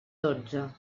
dotze